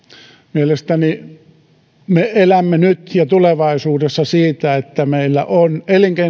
mielestäni me elämme nyt ja tulevaisuudessa siitä että meillä on